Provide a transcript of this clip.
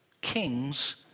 kings